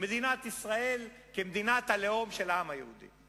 מדינת ישראל כמדינת הלאום של העם היהודי.